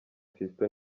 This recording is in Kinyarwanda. fiston